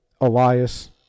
Elias